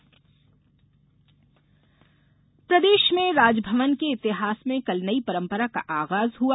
राजभवन परंपरा प्रदेश में राजभवन के इतिहास में कल नई परंपरा का आगाज हुआ